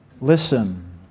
listen